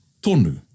Tonu